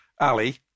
Ali